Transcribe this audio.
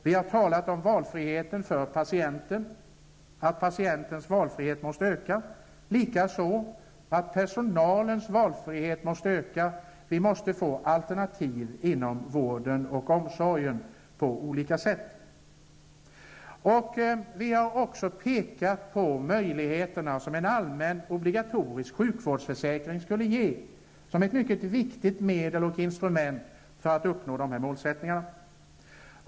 Vi har talat om att patientens valfrihet måste öka och likaså att personalens valfrihet måste öka. Vi måste på olika sätt skapa alternativ inom vård och omsorg. Vi har pekat på de möjligheter som en allmän obligatorisk sjukvårdsförsäkring skulle ge såsom ett mycket viktigt medel och instrument för att uppnå dessa mål.